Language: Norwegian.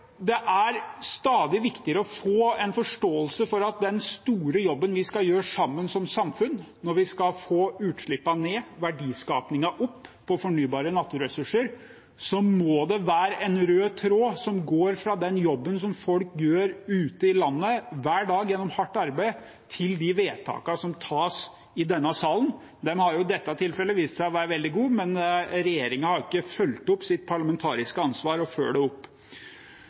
Det er stadig viktigere å få en forståelse for at den store jobben vi skal gjøre sammen som samfunn, når vi skal få utslippene ned og verdiskapingen opp på fornybare naturressurser, må det være en rød tråd som går fra den jobben folk gjør ute i landet hver dag gjennom hardt arbeid, til de vedtakene som fattes i denne salen. De har jo i dette tilfellet vist seg å være veldig gode, men regjeringen har ikke oppfylt sitt parlamentariske ansvar og fulgt det opp.